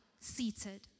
seated